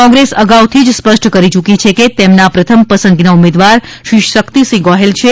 કોંગ્રેસ અગાઉથી જ સ્પષ્ટ કરી ચુકી છે કે તેમના પ્રથમ પસંદગીના ઉમેદવાર શ્રી શક્તિસિંહ ગોહિલ છે